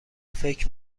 فکر